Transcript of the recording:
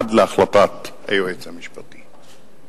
עד להחלטת היועץ המשפטי.